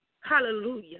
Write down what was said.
hallelujah